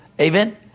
amen